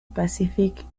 pacific